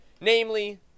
namely